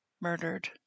murdered